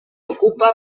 ocupa